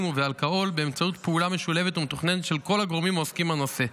ובאלכוהול באמצעות פעולה משולבת ומתוכננת של כל הגורמים העוסקים בנושא.